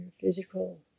physical